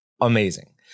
amazing